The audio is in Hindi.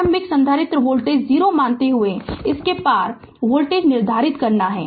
प्रारंभिक संधारित्र वोल्टेज 0 मानते हुए इसके पार वोल्टेज निर्धारित करना है